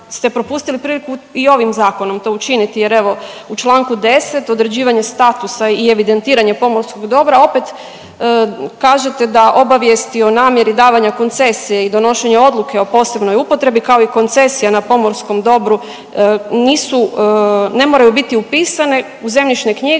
ste propustili priliku i ovim zakonom to učiniti jer evo u čl. 10. određivanje statusa i evidentiranje pomorskog dobra opet kažete da obavijesti o namjeri davanja koncesije i donošenje odluke o posebnoj upotrebi, kao i koncesija na pomorskom dobru nisu, ne moraju biti upisane u zemljišne knjige